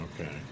Okay